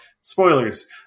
Spoilers